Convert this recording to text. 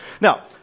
Now